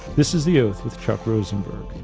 this is the oath with chuck rosenberg.